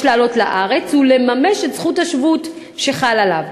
לעלות לארץ ולממש את זכות השבות שחלה עליו.